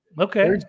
okay